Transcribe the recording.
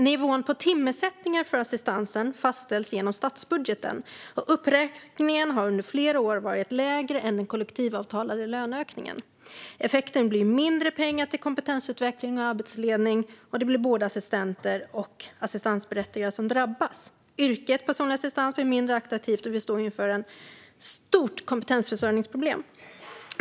Nivån på timersättning för assistansen fastställs genom statsbudgeten, och uppräkningen har under flera år varit lägre än den kollektivavtalade löneökningen. Effekten blir mindre pengar till kompetensutveckling och arbetsledning, och både assistenter och assistansberättigade drabbas. Yrket personlig assistent blir mindre attraktivt, och vi står inför ett stort kompetensförsörjningsproblem.